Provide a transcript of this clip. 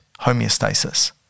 homeostasis